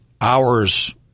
hours